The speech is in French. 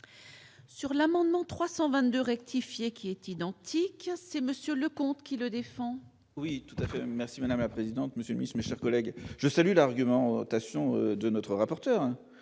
Sur l'amendement 322 rectifier qui est identique, c'est Monsieur le qui le défend. Oui, tout à fait, merci madame la présidente, monsieur Miss, mes chers collègues, je salue l'argumentation de notre rapporteur,